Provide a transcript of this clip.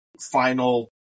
final